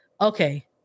okay